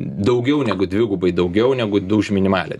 daugiau negu dvigubai daugiau negu du už minimalią